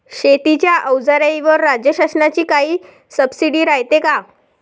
शेतीच्या अवजाराईवर राज्य शासनाची काई सबसीडी रायते का?